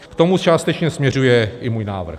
K tomu částečně směřuje i můj návrh.